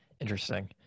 interesting